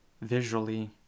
visually